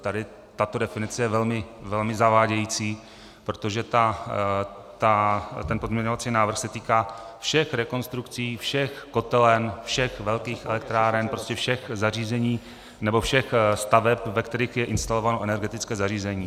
Tady tato definice je velmi zavádějící, protože ten pozměňovací návrh se týká všech rekonstrukcí, všech kotelen, všech velkých elektráren, prostě všech zařízení nebo všech staveb, ve kterých je instalováno energetické zařízení.